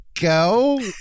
go